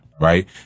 right